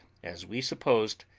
as we supposed,